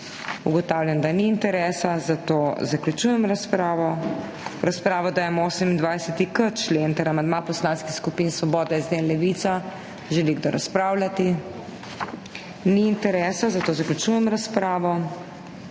Ugotavljam, da ni interesa, zato zaključujem razpravo. V razpravo dajem 28.k člen ter amandma poslanskih skupin Svoboda, SD in Levica. Želi kdo razpravljati? Ni interesa, zato zaključujem razpravo.